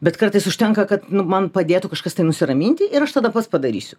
bet kartais užtenka kad man padėtų kažkas tai nusiraminti ir aš tada pats padarysiu